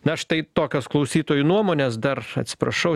na štai tokios klausytojų nuomonės dar atsiprašau